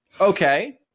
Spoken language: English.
okay